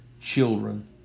children